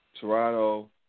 Toronto